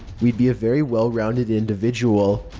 we'd be a very well-rounded individual.